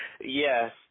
Yes